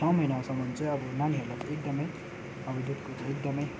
छ महिनासम्म चाहिँ अब नानीहरूलाई चाहिँ एकदमै अब दुधको चाहिँ एकदमै